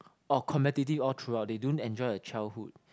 orh competitive all throughout they don't enjoy a childhood